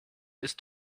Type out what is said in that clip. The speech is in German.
ist